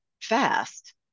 fast